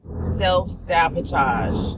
self-sabotage